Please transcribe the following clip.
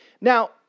Now